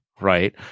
right